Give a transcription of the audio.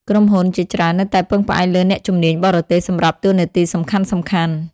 ក្រុមហ៊ុនជាច្រើននៅតែពឹងផ្អែកលើអ្នកជំនាញបរទេសសម្រាប់តួនាទីសំខាន់ៗ។